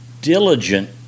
diligent